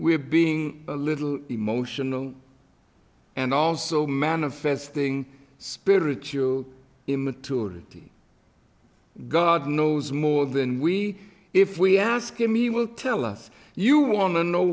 we're being a little emotional and also manifesting spiritual immature god knows more than we if we ask him he will tell us you want to know